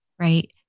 right